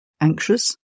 anxious